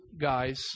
guys